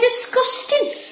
disgusting